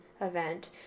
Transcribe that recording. event